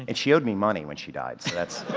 and she owed me money when she died so that's